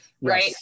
right